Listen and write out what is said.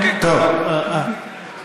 אני אביא את התשובות.